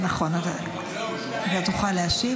נכון, אתה תוכל להשיב.